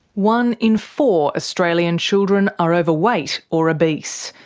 one in four australian children are overweight or obese.